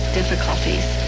difficulties